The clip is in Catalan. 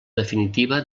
definitiva